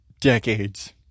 decades